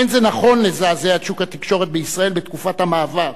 אין זה נכון לזעזע את שוק התקשורת בישראל בתקופת המעבר.